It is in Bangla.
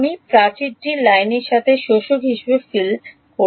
আমি আমি এই ঘর টা রেখা দেওয়াল আর শোষক দিয়ে পূর্ণ করবঠিক আছে